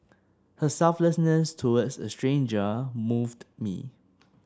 her selflessness towards a stranger moved me